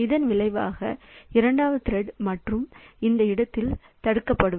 இதன் விளைவாக இரண்டாவது திரெட்ம் இந்த கட்டத்தில் தடுக்கப்படும்